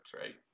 right